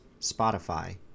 Spotify